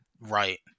right